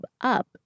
up